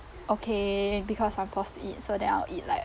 okay because I'm forced to eat so then I'll eat like